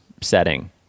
setting